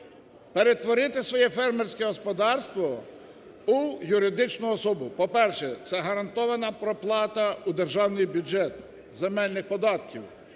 перетворити своє фермерське господарство у юридичну особу. По-перше, це гарантована проплата у державний бюджет земельних податків;